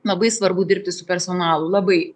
labai svarbu dirbti su personalu labai